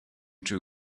two